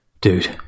Dude